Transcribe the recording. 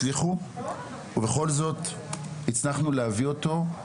ובכל זאת הצלחנו להביא אותו,